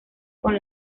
con